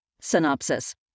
Synopsis